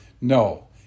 No